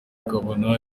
ukabona